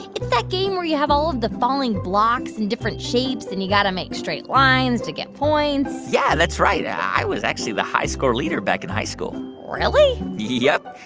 it's that game where you have all of the falling blocks in different shapes, and you got to make straight lines to get points yeah, that's right. i was actually the high-score leader back in high school really? yep.